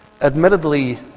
admittedly